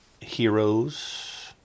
Heroes